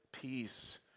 peace